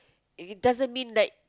and it doesn't mean that